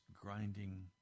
grinding